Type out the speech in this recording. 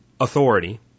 authority